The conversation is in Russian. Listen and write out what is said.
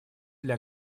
для